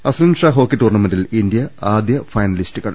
Azlan Shah hockey ടൂർണമെന്റിൽ India ആദ്യ ഫൈനലിസ്റ്റു കൾ